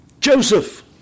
Joseph